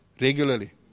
regularly